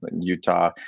Utah